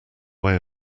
way